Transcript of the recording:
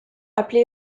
appelé